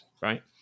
right